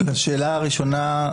לשאלה הראשונה.